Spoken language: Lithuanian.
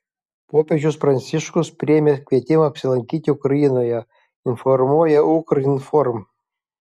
popiežius pranciškus priėmė kvietimą apsilankyti ukrainoje informuoja ukrinform